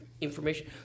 information